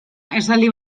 esaldi